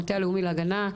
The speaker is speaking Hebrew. המטה הלאומי להגנה".